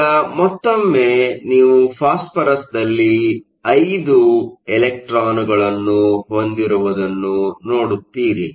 ಈಗ ಮತ್ತೊಮ್ಮೆ ನೀವು ಫಾಸ್ಫರಸ್ದಲ್ಲಿ 5 ಎಲೆಕ್ಟ್ರಾನ್ಗಳನ್ನು ಹೊಂದಿರುವುದನ್ನು ನೋಡುತ್ತೀರಿ